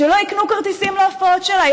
שלא יקנו כרטיסים להופעות שלה.